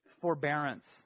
forbearance